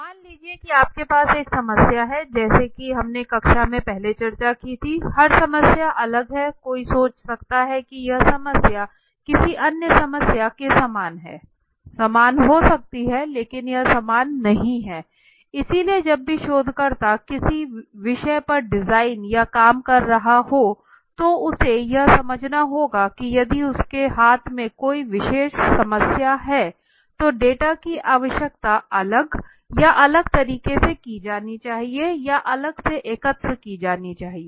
मान लीजिए कि आपके पास एक समस्या है जैसा कि हमने कक्षा में पहले चर्चा की थी हर समस्या अलग है कोई सोच सकता है कि यह समस्या किसी अन्य समस्या के समान है समान हो सकती है लेकिन यह समान नहीं है इसलिए जब भी शोधकर्ता किसी विषय पर डिजाइन या काम कर रहा हो तो उसे यह समझना होगा कि यदि उसके हाथ में कोई विशेष समस्या है तो डेटा की आवश्यकता अलग या अलग तरीके से की जानी चाहिए या अलग से एकत्र की जानी चाहिए